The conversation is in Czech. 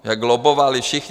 Jak lobbovali všichni.